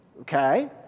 Okay